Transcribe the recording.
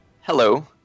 Hello